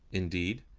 indeed,